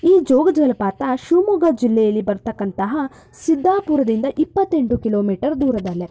ಈ ಜೋಗ ಜಲಪಾತ ಶಿವಮೊಗ್ಗ ಜಿಲ್ಲೆಯಲ್ಲಿ ಬರತಕ್ಕಂತಹ ಸಿದ್ಧಾಪುರದಿಂದ ಇಪ್ಪತ್ತೆಂಟು ಕಿಲೋಮೀಟರ್ ದೂರದಲ್ಲಿ